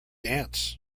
ants